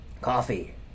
coffee